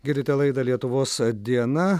girdite laidą lietuvos diena